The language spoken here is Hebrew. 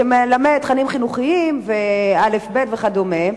שמלמד תכנים חינוכיים, אל"ף בי"ת וכדומה.